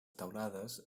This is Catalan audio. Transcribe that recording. teulades